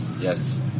Yes